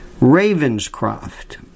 Ravenscroft